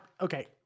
okay